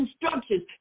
instructions